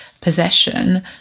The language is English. possession